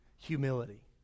Humility